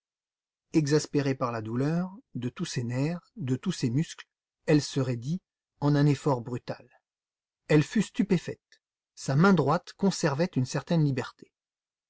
exaspérée par la douleur de tous ses nerfs de tous ses muscles elle se raidit en un effort brutal elle fut stupéfaite sa main droite conservait une certaine liberté